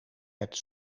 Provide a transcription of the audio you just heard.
het